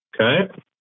okay